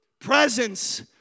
Presence